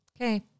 Okay